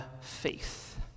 faith